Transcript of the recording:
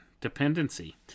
Dependency